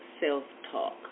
self-talk